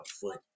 foot